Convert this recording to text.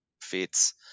fits